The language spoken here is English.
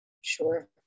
Sure